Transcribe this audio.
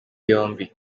yombi